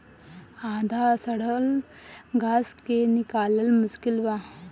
आधा सड़ल घास के निकालल मुश्किल बा